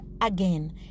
again